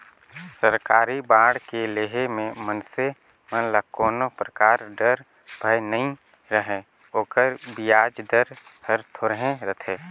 सरकारी बांड के लेहे मे मइनसे मन ल कोनो परकार डर, भय नइ रहें ओकर बियाज दर हर थोरहे रथे